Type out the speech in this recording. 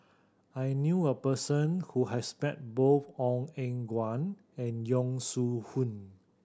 i knew a person who has bet both Ong Eng Guan and Yong Shu Hoong